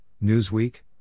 Newsweek